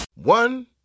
One